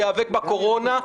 להיאבק בקורונה,